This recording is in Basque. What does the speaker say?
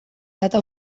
data